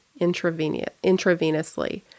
intravenously